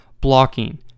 blocking